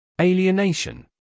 Alienation